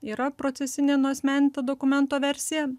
yra procesinė nuasmeninta dokumento versija